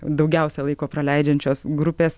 daugiausia laiko praleidžiančios grupės